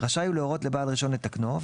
רשאי הוא להורות לבעל הרישיון לתקנו,